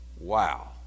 Wow